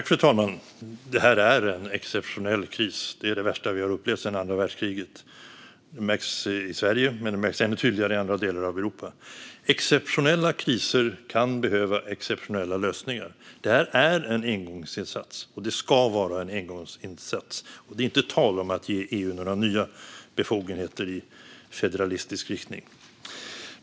Fru talman! Det här är en exceptionell kris - den värsta vi har upplevt sedan andra världskriget. Det märks i Sverige, men det märks ännu tydligare i andra delar av Europa. Exceptionella kriser kan behöva exceptionella lösningar. Det här är en engångsinsats, och det ska vara en engångsinsats. Det är inte tal om att ge EU några nya befogenheter i federalistisk riktning.